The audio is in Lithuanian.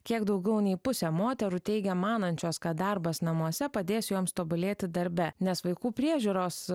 kiek daugiau nei pusė moterų teigia manančios kad darbas namuose padės joms tobulėti darbe nes vaikų priežiūros